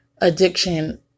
addiction